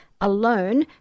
alone